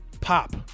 pop